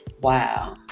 Wow